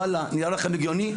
ואלה, נראה לכם הגיוני?